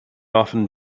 often